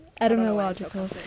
etymological